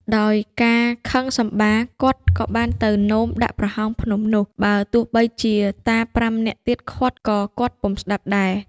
ដោយការខឹងសម្បារ គាត់ក៏បានទៅនោមដាក់ប្រហោងភ្នំនោះ បើទោះបីជាតា៥នាក់ទៀតឃាត់ក៏គាត់ពុំស្តាប់ដែរ។